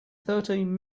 thirteen